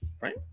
Right